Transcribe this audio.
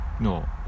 no